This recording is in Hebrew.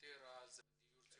יותר דיור ציבורי.